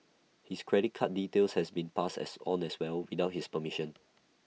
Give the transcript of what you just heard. his credit card details had been passed on as well without his permission